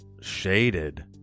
shaded